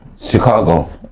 Chicago